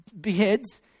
beheads